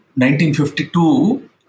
1952